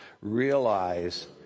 Realize